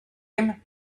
him